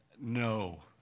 no